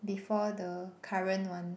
before the current one